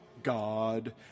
God